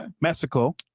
Mexico